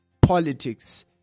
politics